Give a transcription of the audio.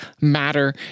matter